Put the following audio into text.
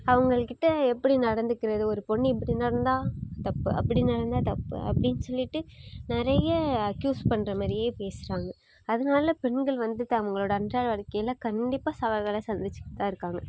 அவங்களுக்கிட்ட எப்படி நடந்துகிறது ஒரு பெண்ணு இப்படி நடந்தால் தப்பு அப்படி நடந்தால் தப்பு அப்படினு சொல்லிட்டு நிறைய அக்யூஸ் பண்ணுறமாரியே பேசுறாங்க அதனால் பெண்கள் வந்து தங்களோடய அன்றாட வாழ்க்கையில் கண்டிப்பாக சவால்களை சந்திச்சுட்டுதான் இருக்காங்க